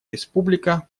республика